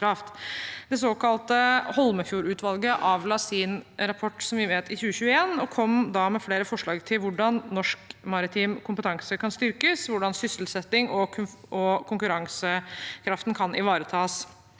Det såkalte Holmefjord-utvalget avla sin rapport i 2021, som vi vet, og kom da med flere forslag til hvordan norsk maritim kompetanse kan styrkes, og hvordan sysselsetting og konkurransekraften kan ivaretas.